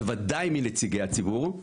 בוודאי מנציגי הציבור,